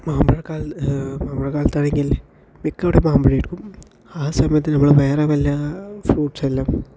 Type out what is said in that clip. മാമ്പഴക്കാല മാമ്പഴക്കാലത്തണെങ്കിൽ മിക്കവിടേം മാമ്പഴം എടുക്കും ആ സമയത്ത് നമ്മള് വേറെ വല്ല ഫ്രൂട്ട്സെല്ലാം